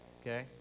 Okay